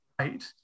right